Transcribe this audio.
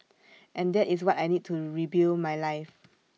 and that is what I need to rebuild my life